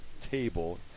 table